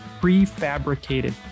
prefabricated